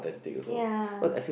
ya